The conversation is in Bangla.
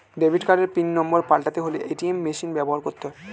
ডেবিট কার্ডের পিন নম্বর পাল্টাতে হলে এ.টি.এম মেশিন ব্যবহার করতে হয়